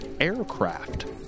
aircraft